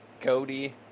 Cody